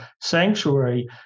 sanctuary